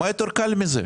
מה יותר קל מזה?